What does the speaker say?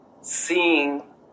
seeing